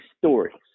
stories